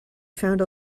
found